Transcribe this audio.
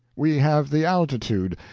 we have the altitude,